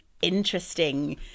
interesting